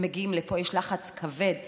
הם מגיעים לפה, יש לחץ כבד לאשר.